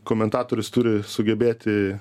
komentatorius turi sugebėti